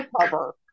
cover